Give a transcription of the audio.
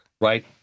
Right